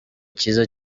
cyiza